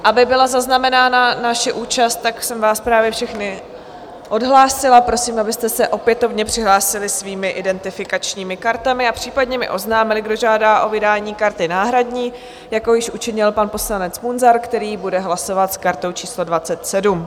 Aby byla zaznamenána naše účast, tak jsem vás právě všechny odhlásila, prosím, abyste se opětovně přihlásili svými identifikačními kartami a případně mi oznámili, kdo žádá o vydání karty náhradní, jako již učinil pan poslanec Munzar, který bude hlasovat s kartou číslo 27.